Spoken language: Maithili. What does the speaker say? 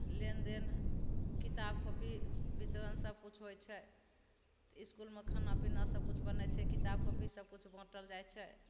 लेनदेन किताब कॉपी वितरण सबकिछु होइ छै तऽ इसकुलमे खानापीना सबकिछु बनय छै किताब कॉपी सबकिछु बाँटल जाइ छै